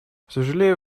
сожалею